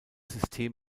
system